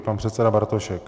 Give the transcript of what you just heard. Pan předseda Bartošek.